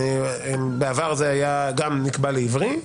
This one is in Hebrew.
בעבר זה גם נקבע לעברי,